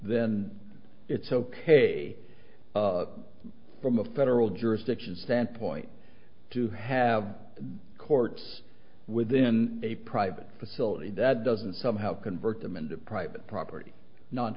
then it's ok from a federal jurisdiction standpoint to have the courts within a private facility that doesn't somehow convert them into private property no